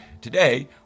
Today